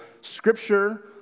Scripture